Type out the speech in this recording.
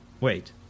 Wait